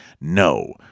no